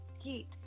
heat